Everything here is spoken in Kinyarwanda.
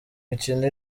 mikino